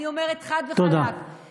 אני אומרת חד וחלק, תודה.